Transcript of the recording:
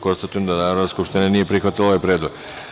Konstatujem da Narodna skupština nije prihvatila ovaj predlog.